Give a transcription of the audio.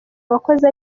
abakozi